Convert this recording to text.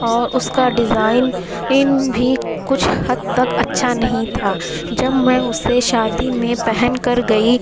اور اس کا ڈیزائن ان بھی کچھ حد تک اچھا نہیں تھا جب میں اسے شادی میں پہن کر گئی